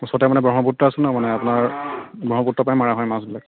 ওচৰতে মানে ব্ৰহ্মপুত্ৰ আছে ন মানে আপোনাৰ ব্ৰহ্মপুত্ৰৰ পৰাই মাৰা হয় মাছবিলাক